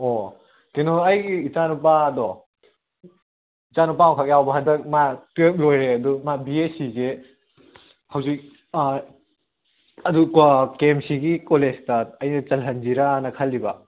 ꯑꯣ ꯀꯩꯅꯣ ꯑꯩꯒꯤ ꯏꯆꯥꯅꯨꯄꯥꯗꯣ ꯏꯆꯥꯅꯨꯄꯥ ꯑꯝꯈꯛ ꯌꯥꯎꯕ ꯍꯟꯗꯛ ꯃꯥ ꯇꯨꯌꯦꯜꯞ ꯂꯣꯏꯔꯦ ꯑꯗꯨ ꯃꯥ ꯕꯤꯑꯦꯁꯤ ꯁꯦ ꯍꯧꯖꯤꯛ ꯑꯗꯨ ꯀꯦ ꯑꯦꯝ ꯁꯤꯒꯤ ꯀꯣꯂꯦꯖꯇ ꯑꯩꯅ ꯆꯜꯍꯟꯁꯤꯔꯥꯅ ꯈꯜꯂꯤꯕ